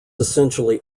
essentially